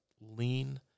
lean